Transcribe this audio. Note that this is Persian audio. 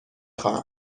خواهم